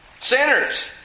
Sinners